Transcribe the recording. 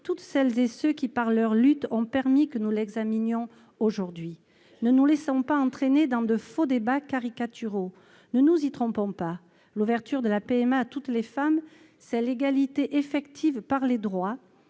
preuve celles et ceux qui, par leur lutte, ont permis que nous examinions ce texte aujourd'hui. Ne nous laissons pas entraîner dans de faux débats caricaturaux. Ne nous y trompons pas : l'ouverture de la PMA à toutes les femmes, c'est l'égalité effective par les droits,